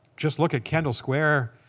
just look at kendall square,